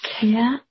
care